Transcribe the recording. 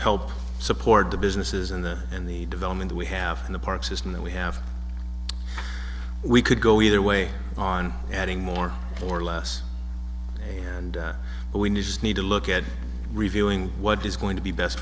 help support the businesses in the in the development we have in the park system that we have we could go either way on adding more or less and we need just need to look at reviewing what is going to be best